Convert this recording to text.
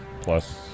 plus